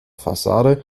fassade